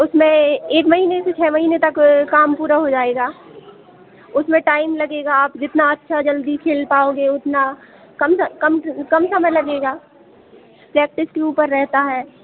उसमें एक महीने से छः महीने तक काम पूरा हो जाएगा उसमें टाइम लगेगा आप जितना अच्छा जल्दी खेल पाओगे उतना अच्छा कम कम कम समय लगेगा